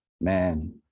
man